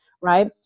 right